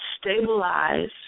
stabilize